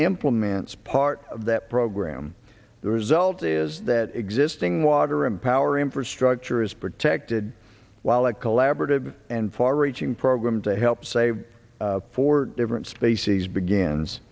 implements part of that program the result is that existing water and power infrastructure is protected while a collaborative and far reaching program to help save for different species begins